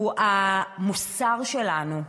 הוא המוסר שלנו,